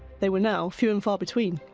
they were now few and far between.